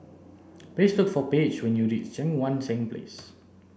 please look for Paige when you reach Cheang Wan Seng Place